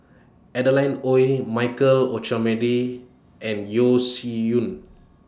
Adeline Ooi Michael Olcomendy and Yeo Shih Yun